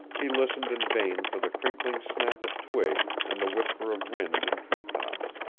he listened in vain for the crinkling snap of twig, and the whisper of wind in treetops.